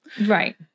Right